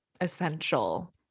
essential